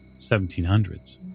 1700s